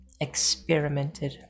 experimented